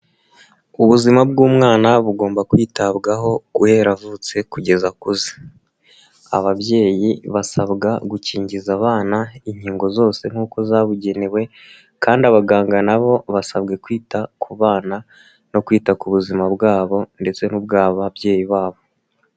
Ubuzima bw'umwana bugomba kwitabwaho guhera avutse kugeza akuze. Ababyeyi basabwa gukingiza abana inkingo zose nkuko zabugenewe kandi abaganga na bo basabwe kwita ku bana no kwita ku buzima bwabo ndetse n'ubw'ababyeyi babo.